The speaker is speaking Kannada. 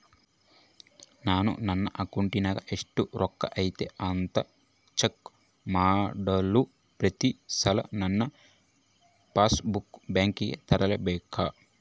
ನಾನು ನನ್ನ ಅಕೌಂಟಿನಾಗ ಎಷ್ಟು ರೊಕ್ಕ ಐತಿ ಅಂತಾ ಚೆಕ್ ಮಾಡಲು ಪ್ರತಿ ಸಲ ನನ್ನ ಪಾಸ್ ಬುಕ್ ಬ್ಯಾಂಕಿಗೆ ತರಲೆಬೇಕಾ?